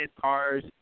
cars